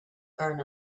earn